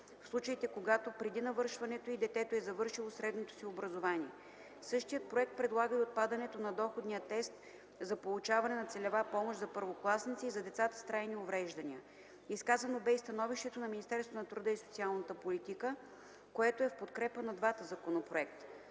в случаите, когато преди навършването й детето е завършило средното си образование. Същият проект предлага и отпадането на доходния тест за получаване на целева помощ за първокласници и за децата с трайни увреждания. Изказано бе и становището на Министерството на труда и социалната политика, което е в подкрепа на двата законопроекта.